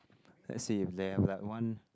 let's see they have like one